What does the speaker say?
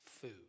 food